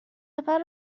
نفر